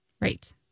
Right